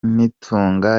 nitunga